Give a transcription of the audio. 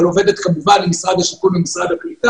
אבל עובדת כמובן עם משרדי השיכון והקליטה.